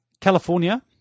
California